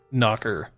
knocker